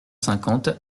cinquante